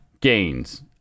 gains